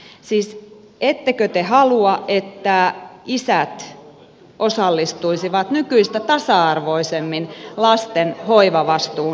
siis ettekö te halua että isät osallistuisivat nykyistä tasa arvoisemmin lastenhoivavastuun jakautumiseen